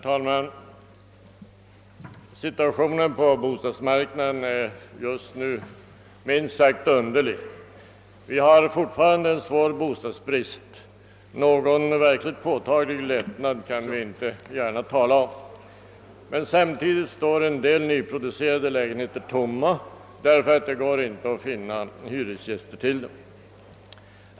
Herr talman! Situationen på bostadsmarknaden är just nu minst sagt underlig. Vi har fortfarande en svår bostadsbrist — någon verkligt påtaglig lättnad kan vi inte gärna tala om — men samtidigt står en del nyproducerade lägenheter tomma därför att det inte går att finna hyresgäster till dem.